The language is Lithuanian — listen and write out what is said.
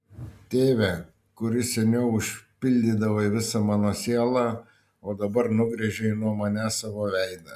tėve kuris seniau užpildydavai visą mano sielą o dabar nugręžei nuo manęs savo veidą